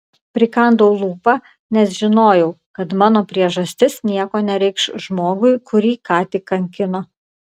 prikandau lūpą nes žinojau kad mano priežastis nieko nereikš žmogui kurį ką tik kankino